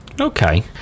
Okay